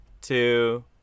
two